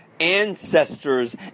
ancestors